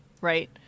Right